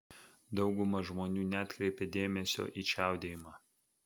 dauguma žmonių neatkreipia dėmesio į čiaudėjimą